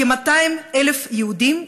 כ-200,000 יהודים,